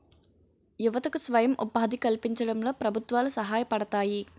యువతకు స్వయం ఉపాధి కల్పించడంలో ప్రభుత్వాలు సహాయపడతాయి